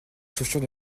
chaussures